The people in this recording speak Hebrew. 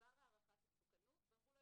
עבר הערכת מסוכנות ואמרו לו,